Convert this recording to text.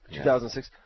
2006